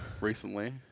recently